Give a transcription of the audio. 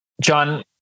John